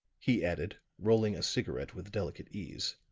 he added, rolling a cigarette with delicate ease.